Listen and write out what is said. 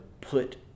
put